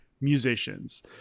musicians